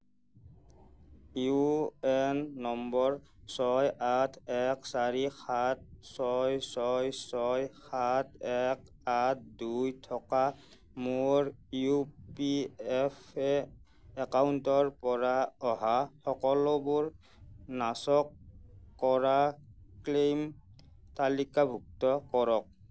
U A N নম্বৰ ছয় আঠ এক চাৰি সাত ছয় ছয় ছয় সাত এক আঠ দুই থকা মোৰ ই পি এ ফঅ' একাউণ্টৰ পৰা অহা সকলোবোৰ নাকচ কৰা ক্লেইম তালিকাভুক্ত কৰক